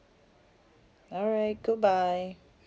alright goodbye